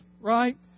right